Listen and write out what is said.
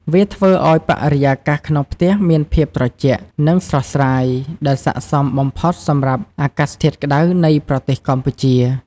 វាធ្វើឲ្យបរិយាកាសក្នុងផ្ទះមានភាពត្រជាក់ និងស្រស់ស្រាយ ដែលស័ក្តិសមបំផុតសម្រាប់អាកាសធាតុក្ដៅនៃប្រទេសកម្ពុជា។